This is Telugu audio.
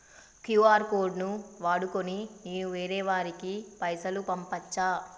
క్యూ.ఆర్ కోడ్ ను వాడుకొని నేను వేరే వారికి పైసలు పంపచ్చా?